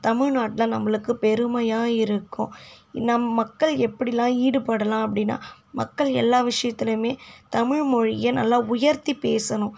தமிழ்நாட்டில் நம்மளுக்கு பெருமையாக இருக்கும் நம்ம மக்கள் எப்படிலாம் ஈடுபடலாம் அப்படினா மக்கள் எல்லா விஷயத்துலேயுமே தமிழ்மொழியை நல்லா உயர்த்தி பேசணும்